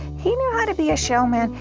he knew how to be a showman.